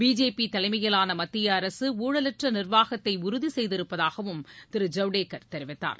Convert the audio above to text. BJP தலைமையிலான மத்திய அரசு ஊழலற்ற நிர்வாகத்தை உறுதி செய்திருப்பதாகவும் திரு ஐவடேகர் கூறினார்